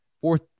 Fourth